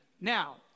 Now